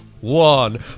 one